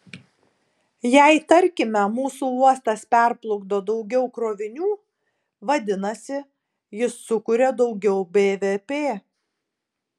jei tarkime mūsų uostas perplukdo daugiau krovinių vadinasi jis sukuria daugiau bvp